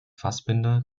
fassbinder